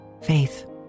faith